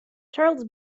charles